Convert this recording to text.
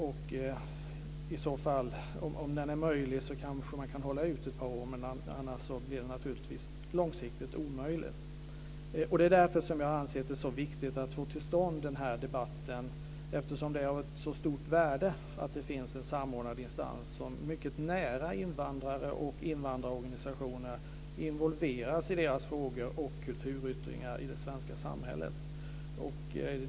Om den är möjlig kanske man kan hålla ut ett par år, men annars blir det naturligtvis långsiktigt omöjligt. Det är därför som jag anser att det är så viktigt att få till stånd den här debatten, eftersom det är av ett så stort värde att det finns en samordnad instans som mycket nära invandrare och invandrarorganisationer involveras i deras frågor och kulturyttringar i det svenska samhället.